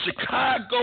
Chicago